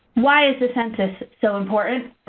why is the census so important?